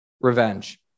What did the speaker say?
revenge